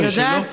אני יודעת.